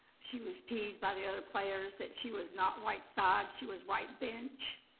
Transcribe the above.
she was teased by the other players that she was not right side, she was right bench.